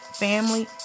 family